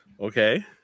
okay